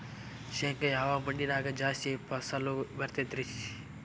ಶೇಂಗಾ ಯಾವ ಮಣ್ಣಿನ್ಯಾಗ ಜಾಸ್ತಿ ಫಸಲು ಬರತೈತ್ರಿ?